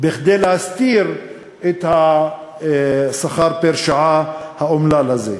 כדי להסתיר את השכר פר-שעה האומלל הזה.